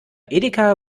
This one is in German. edeka